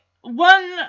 one